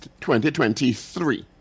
2023